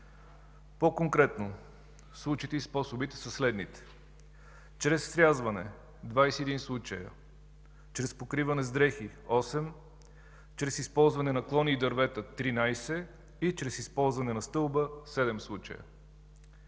По-конкретно случаите и способите са следните: чрез срязване – 21 случая, чрез покриване с дрехи – 8, чрез използване на клони и дървета – 13, и чрез използване на стълба – 7 случая.